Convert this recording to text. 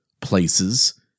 places